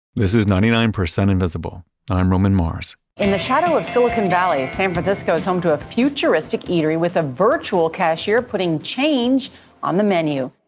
this is ninety nine percent invisible i'm roman mars in the shadow of silicon valley, san francisco is home to a futuristic eatery with a virtual cashier putting change on the menu